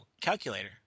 calculator